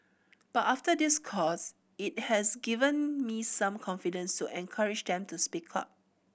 but after this course it has given me some confidence to encourage them to speak up